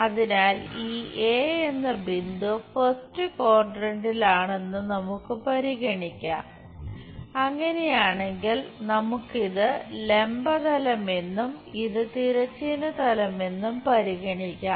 അതിനാൽ ഈ എ എന്ന ബിന്ദു ഫസ്റ്റ് ക്വാഡ്രന്റിലാണെന്നു നമുക്ക് പരിഗണിക്കാം അങ്ങനെയാണെങ്കിൽ നമുക്ക് ഇത് ലംബ തലം എന്നും ഇത് തിരശ്ചീന തലം എന്നും പരിഗണിക്കാം